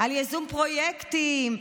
ייזום פרויקטים,